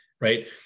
right